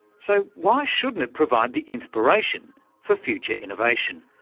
so why shouldn't it provide the inspiration for future innovation?